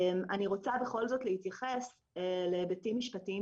אני רוצה בכל זאת להתייחס להיבטים משפטיים